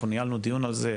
ניהלנו דיון על זה.